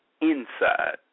inside